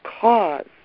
cause